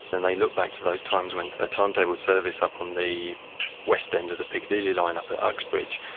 and they look back to those times when a timetable service up on the west end of the piccadilly line, up at uxbridge,